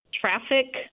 traffic